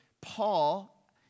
Paul